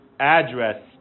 address